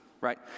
right